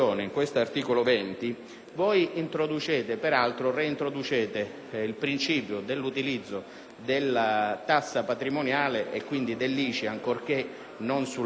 si reintroduce, peraltro, il principio dell'utilizzo della tassa patrimoniale e dunque dell'ICI, ancorché non per la prima abitazione,